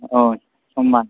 औ समबार